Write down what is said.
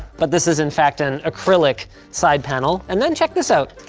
but this is, in fact, an acrylic side panel. and then check this out.